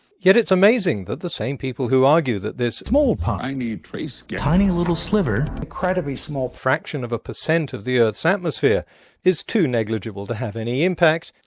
yet it's amazing that the same people who argue this small part tiny trace tiny little sliver incredibly small fraction of a percent of the earth's atmosphere is too negligible to have any impact,